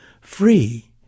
free